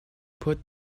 put